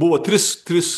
buvo tris tris